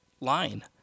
line